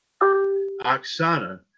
Oksana